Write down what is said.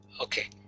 Okay